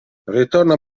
ritorna